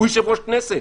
הוא יושב-ראש הכנסת.